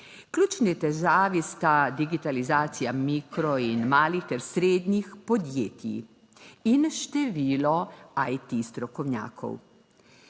Ključni težavi sta digitalizacija mikro in malih ter srednjih podjetij in število IT strokovnjakov.